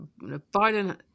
Biden